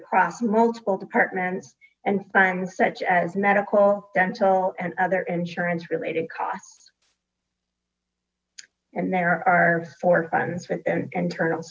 across multiple departments and funds such as medical dental and other insurance related costs and there are four funds within internal